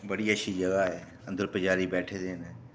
बड़ी अच्छी जगह ऐ अंदर पुजारी बैठे दे न